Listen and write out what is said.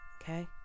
Okay